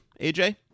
AJ